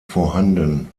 vorhanden